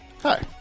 Hi